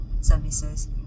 services